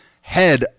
head